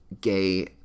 gay